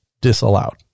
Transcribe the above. disallowed